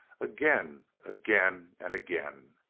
again, again, and again!